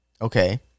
Okay